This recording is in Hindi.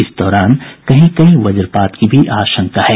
इस दौरान कहीं कहीं वज्रपात की भी आशंका है